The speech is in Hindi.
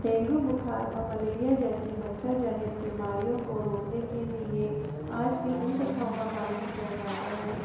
डेंगू बुखार और मलेरिया जैसी मच्छर जनहित बीमारियों को रोकने के लिए आज भी इन प्रथाओं का पालन किया जाता है